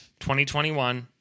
2021